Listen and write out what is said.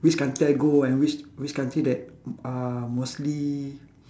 which country I go and which which country that uh mostly